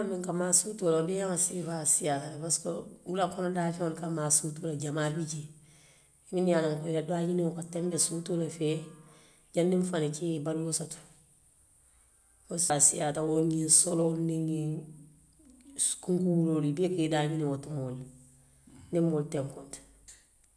: Ka maa suutoo, beeyaŋ siifaata parisek wula kono daafeŋolu kamaa suuto la jamaa bii jee. Minnu ye a loŋ ko ila daañiŋo katenbe suutoo le fee janni fanoo be ke la i ye baluo soto. Wo saasiyaata ñiŋ soloolu niŋ ñiŋ kunkuwuloolu, i bee ka i daañiniŋ wo tumoo le la niŋ moolu tenkunta.